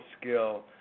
skill